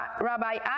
Rabbi